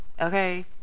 okay